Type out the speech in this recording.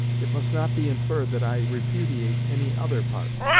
it must not be inferred that i repudiate any other part,